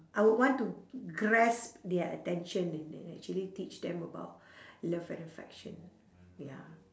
I would want to grasp their attention and and actually teach them about love and affection ya